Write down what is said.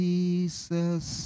Jesus